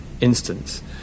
instance